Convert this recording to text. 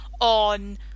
on